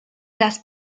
las